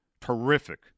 terrific